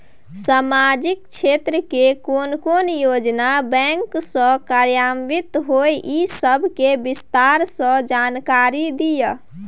सामाजिक क्षेत्र के कोन कोन योजना बैंक स कार्यान्वित होय इ सब के विस्तार स जानकारी दिय?